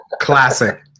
Classic